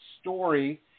story